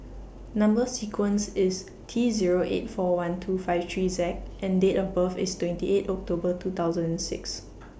Number sequence IS T Zero eight four one two five three Z and Date of birth IS twenty eight October two thousand and six